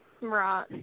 Right